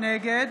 נגד